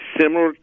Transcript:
similar